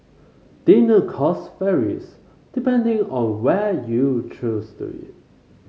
dinner cost varies depending on where you choose to eat